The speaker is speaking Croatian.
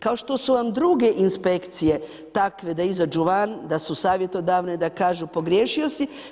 Kao što su vam druge inspekcije takve da izađu van, da su savjetodavne da kažu pogriješio si.